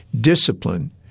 discipline